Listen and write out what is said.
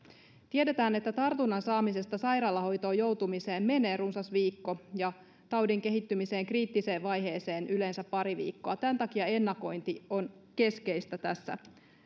tiedetään että tartunnan saamisesta sairaalahoitoon joutumiseen menee runsas viikko ja taudin kehittymiseen kriittiseen vaiheeseen yleensä pari viikkoa tämän takia ennakointi on keskeistä tässä